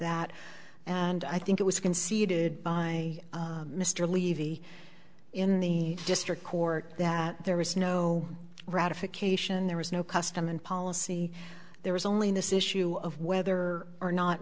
that and i think it was conceded by mr levy in the district court that there was no ratification there was no custom in policy there was only this issue of whether or not